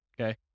okay